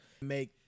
Make